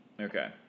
Okay